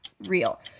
real